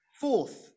fourth